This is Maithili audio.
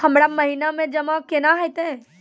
हमरा महिना मे जमा केना हेतै?